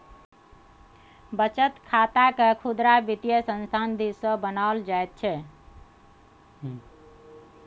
बचत खातकेँ खुदरा वित्तीय संस्थान दिससँ बनाओल जाइत छै